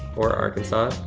or arkansas.